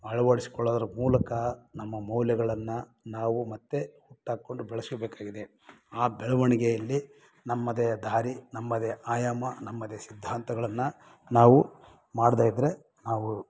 ಅಳವಡಿಸಿಕೊಳ್ಳೋದ್ರ ಮೂಲಕ ನಮ್ಮ ಮೌಲ್ಯಗಳನ್ನು ನಾವು ಮತ್ತು ಹುಟ್ಟಾಕೊಂಡು ಬೆಳೆಸಬೇಕಾಗಿದೆ ಆ ಬೆಳವಣಿಗೆಯಲ್ಲಿ ನಮ್ಮದೇ ದಾರಿ ನಮ್ಮದೇ ಆಯಾಮ ನಮ್ಮದೇ ಸಿದ್ಧಾಂತಗಳನ್ನು ನಾವು ಮಾಡದೇ ಇದ್ದರೆ ನಾವು